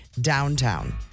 downtown